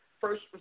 First